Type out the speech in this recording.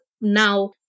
now